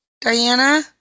Diana